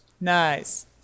nice